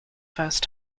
first